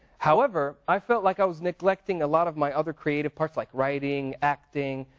however i felt like i was neglecting a lot of my other creative paths like writing, acting.